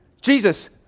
Jesus